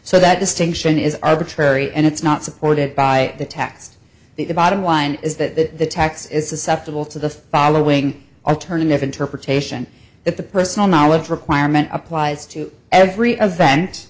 so that distinction is arbitrary and it's not supported by the text the bottom line is that the tax is susceptible to the following are turning to interpretation that the personal knowledge requirement applies to every event